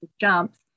jumps